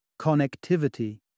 connectivity